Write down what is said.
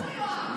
חבר הכנסת הרצנו,